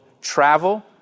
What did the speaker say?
travel